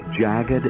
jagged